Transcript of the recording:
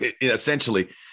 essentially